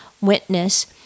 witness